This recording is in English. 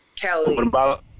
Kelly